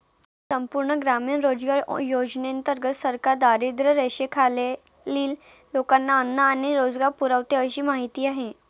संपूर्ण ग्रामीण रोजगार योजनेंतर्गत सरकार दारिद्र्यरेषेखालील लोकांना अन्न आणि रोजगार पुरवते अशी माहिती आहे